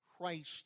Christ